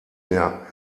mehr